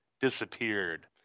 disappeared